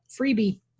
freebie